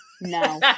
No